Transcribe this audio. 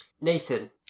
Nathan